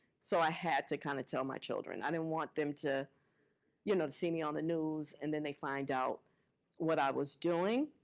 so i had to kind of tell my children. i didn't want them, you know, to see me on the news and then they find out what i was doing.